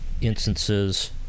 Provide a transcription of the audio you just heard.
instances